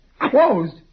Closed